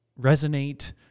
resonate